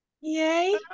Yay